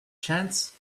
chance